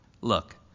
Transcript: Look